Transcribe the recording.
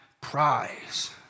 prize